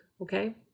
Okay